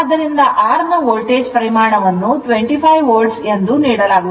ಆದ್ದರಿಂದ R ನ voltage ಪರಿಮಾಣವನ್ನು 25 volt ಎಂದು ನೀಡಲಾಗುತ್ತದೆ